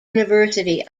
university